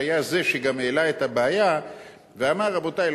שהיה זה שגם העלה את הבעיה ואמר: רבותי,